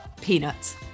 Peanuts